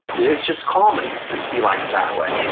it's just common to see life that way,